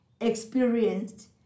experienced